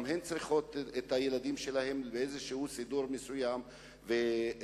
גם הן צריכות איזה סידור מסוים לילדים שלהן,